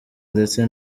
ndetse